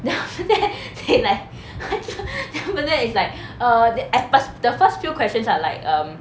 then after that they like then after that it's like err they at first the first few questions are like um